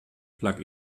plug